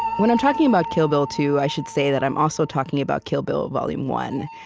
when i'm talking about kill bill two, i should say that i'm also talking about kill bill volume one.